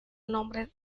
nombre